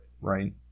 right